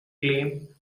claimed